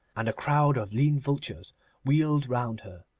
and a crowd of lean vultures wheeled round her.